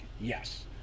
Yes